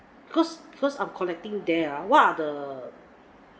because because I'm collecting there uh what are the